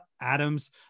Adams